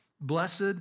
Blessed